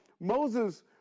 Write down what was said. moses